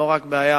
לא רק בעיה